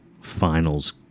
finals